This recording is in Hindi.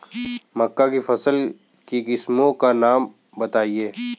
मक्का की फसल की किस्मों का नाम बताइये